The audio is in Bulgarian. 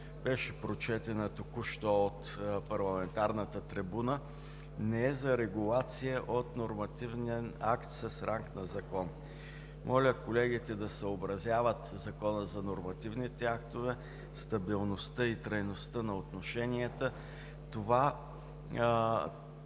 беше прочетена току-що от парламентарната трибуна, не е за регулация от нормативен акт с акт на закон. Моля колегите да съобразяват Закона за нормативните актове, стабилността и трайността на отношенията. Тази